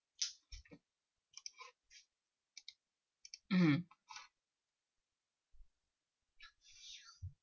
mm